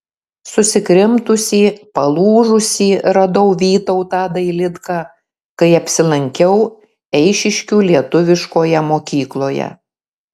susikrimtusį palūžusį radau vytautą dailidką kai apsilankiau eišiškių lietuviškoje mokykloje